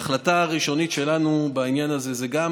ההחלטה הראשונית שלנו בעניין הזה היא שגם